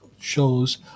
Shows